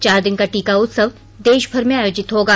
चार दिन का टीका उत्सव देशभर में आयोजित होगा